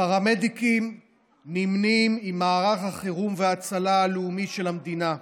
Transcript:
הפרמדיקים נמנים עם מערך החירום וההצלה הלאומי של המדינה,